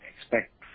expect